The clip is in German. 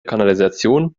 kanalisation